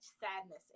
sadness